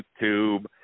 YouTube